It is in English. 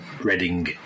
Reading